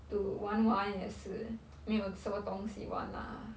to 玩玩也是没有什么东西玩啦 ah